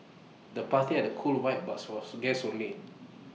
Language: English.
the party had cool vibe but was for guests only